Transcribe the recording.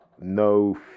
no